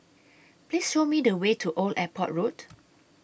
Please Show Me The Way to Old Airport Road